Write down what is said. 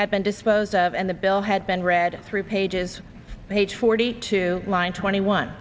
had been disposed of and the bill had been read three pages page forty two line twenty one